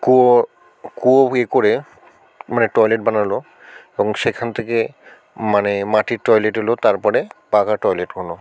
কুয়ো কুয়ো ভি করে মানে টয়লেট বানালো এবং সেখান থেকে মানে মাটির টয়লেট এলো তারপরে পাকা টয়লেট হল